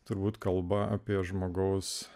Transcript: turbūt kalba apie žmogaus